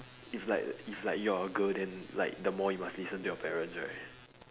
if like if like you are a girl then like the more you must listen to your parents right